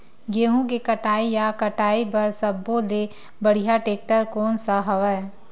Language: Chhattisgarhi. गेहूं के कटाई या कटाई बर सब्बो ले बढ़िया टेक्टर कोन सा हवय?